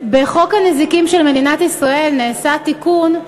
בחוק הנזיקים של מדינת ישראל נעשה תיקון,